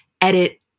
edit